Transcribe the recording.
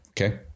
Okay